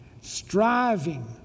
striving